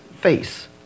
face